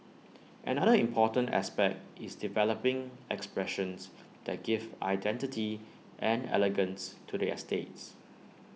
another important aspect is developing expressions that give identity and elegance to the estates